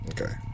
Okay